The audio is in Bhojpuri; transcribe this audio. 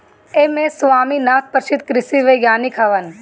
एम.एस स्वामीनाथन प्रसिद्ध कृषि वैज्ञानिक हवन